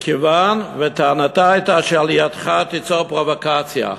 מכיוון, וטענתה הייתה שעלייתך תיצור פרובוקציה.